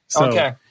Okay